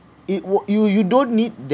it will you you don't need that